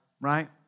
Right